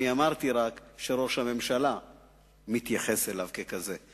אני אמרתי רק שראש הממשלה מתייחס אליו ככזה.